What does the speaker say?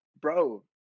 bro